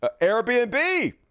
Airbnb